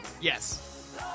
Yes